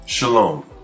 Shalom